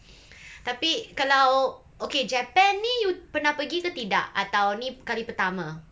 tapi kalau okay japan ni you pernah pergi ke tidak atau ni kali pertama